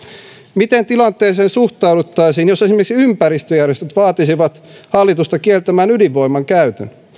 miten tilanteeseen suhtauduttaisiin jos esimerkiksi ympäristöjärjestöt vaatisivat hallitusta kieltämään ydinvoiman käytön